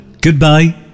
Goodbye